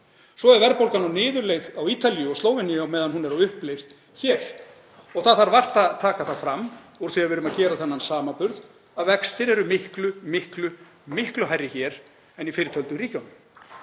Svo er verðbólgan á niðurleið á Ítalíu og í Slóveníu á meðan hún er á uppleið hér. Það þarf vart að taka það fram, úr því að við erum að gera þennan samanburð, að vextir eru miklu, miklu hærri hér en í fyrrtöldum ríkjum.